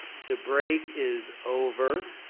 the break is over.